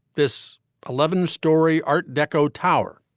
this eleven story art deco tower,